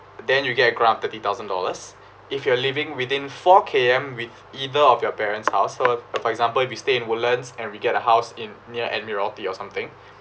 then you get a grant thirty thousand dollars if you are living within four k m with either of your parents house so for example if you stay in woodlands and we get a house in near admiralty or something